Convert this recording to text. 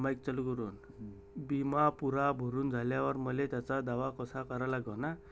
बिमा पुरा भरून झाल्यावर मले त्याचा दावा कसा करा लागन?